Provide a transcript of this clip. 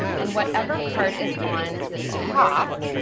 and whatever card is on the top,